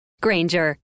Granger